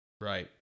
Right